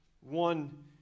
one